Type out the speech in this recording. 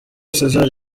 césar